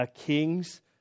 Kings